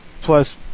Plus